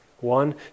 One